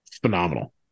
phenomenal